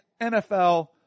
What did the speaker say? NFL